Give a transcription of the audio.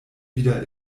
wieder